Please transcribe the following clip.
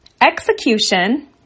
execution